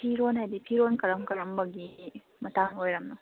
ꯐꯤꯔꯣꯟ ꯍꯥꯏꯗꯤ ꯐꯤꯔꯣꯟ ꯀꯔꯝ ꯀꯔꯝꯕꯒꯤ ꯃꯇꯥꯡ ꯑꯣꯏꯔꯝꯅꯣ